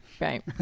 Right